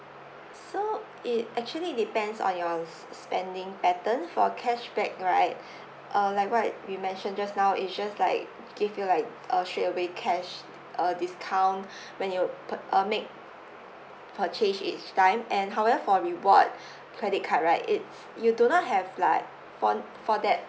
so it actually depends on your s~ spending pattern for cashback right uh like what we mentioned just now it's just like give you like a straight away cash uh discount when you pur~ uh make purchase each time and however for reward credit card right it's you do not have like for for that